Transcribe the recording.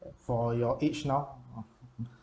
for your age now uh